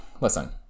listen